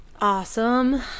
awesome